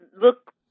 look